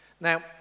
Now